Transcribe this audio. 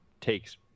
takes